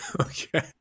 Okay